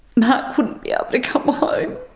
mark wouldn't be able to come home.